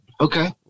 Okay